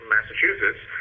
Massachusetts